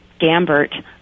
Gambert